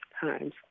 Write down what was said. times